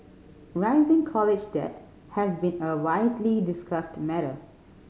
rising college debt has been a widely discussed matter